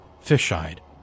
fish-eyed